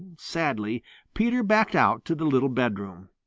sadly peter backed out to the little bedroom.